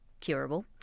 curable